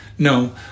No